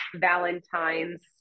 Valentines